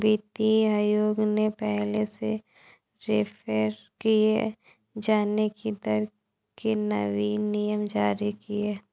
वित्तीय आयोग ने पहले से रेफेर किये जाने की दर के नवीन नियम जारी किए